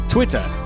Twitter